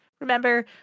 Remember